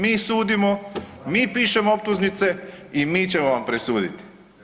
Mi sudimo, mi pišemo optužnice i mi ćemo vam presuditi.